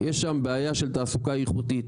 יש שם בעיה של תעסוקה ייחודית,